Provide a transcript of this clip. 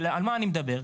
על מה אני מדבר,